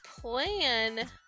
plan